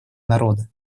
народа